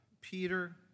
Peter